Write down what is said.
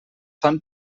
fan